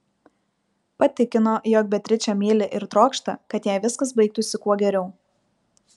patikino jog beatričę myli ir trokšta kad jai viskas baigtųsi kuo geriau